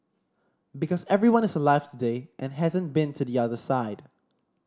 because everyone is alive today and hasn't been to the other side